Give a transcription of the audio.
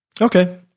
Okay